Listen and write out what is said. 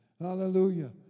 Hallelujah